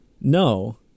No